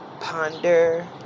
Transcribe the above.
ponder